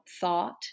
thought